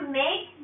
make